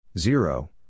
Zero